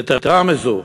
יתרה מזו,